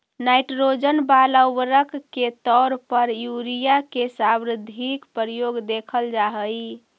nitrogen वाला उर्वरक के तौर पर यूरिया के सर्वाधिक प्रयोग देखल जा हइ